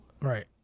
right